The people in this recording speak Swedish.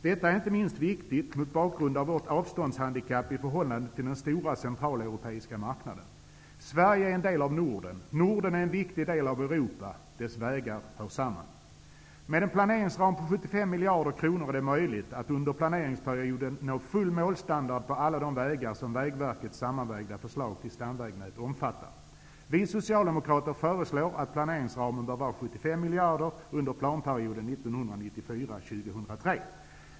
Detta är inte minst viktigt mot bakgrund av vårt avståndshandikapp i förhållande till den stora centraleuropeiska marknaden. Sverige är en del av Norden. Norden är en viktig del av Europa -- dess vägar hör samman. Med en planeringsram på 75 miljarder kronor är det möjligt att under planeringsperioden nå full målstandard på alla de vägar som Vägverkets sammanvägda förslag till stamvägnät omfattar. Vi socialdemokrater föreslår att planeringsramen bör vara 75 miljarder kronor under planperioden 1994--2003.